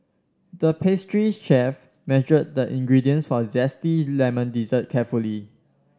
the pastry chef measured the ingredients for a zesty lemon dessert carefully